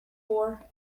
for